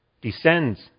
descends